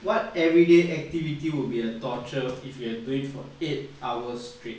what everyday activity would be a torture if you do it for eight hours straight